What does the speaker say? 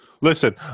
Listen